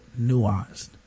nuanced